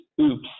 oops